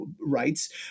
rights